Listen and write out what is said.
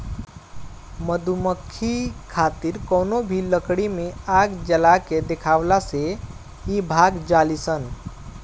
मधुमक्खी खातिर कवनो भी लकड़ी में आग जला के देखावला से इ भाग जालीसन